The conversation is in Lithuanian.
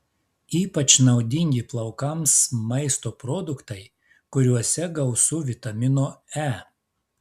ypač naudingi plaukams maisto produktai kuriuose gausu vitamino e